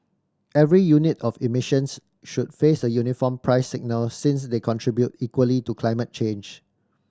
every unit of emissions should face a uniform price signal since they contribute equally to climate change